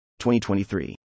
2023